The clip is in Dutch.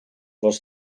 was